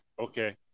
Okay